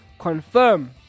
Confirm